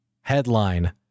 headline